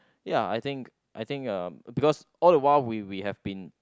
ya I think I think uh because all the while we we have been